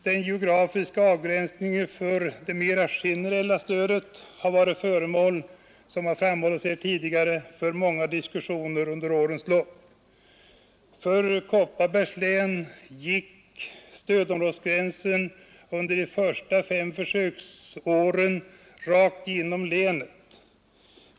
Den geografiska avgränsningen för det mera generella stödet har, som framhållits här tidigare, varit föremål för många diskussioner under årens lopp. Vad gäller Kopparbergs län gick stödområdesgränsen under de första fem försöksåren rakt genom länet.